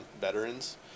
veterans